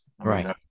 Right